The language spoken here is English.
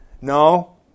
no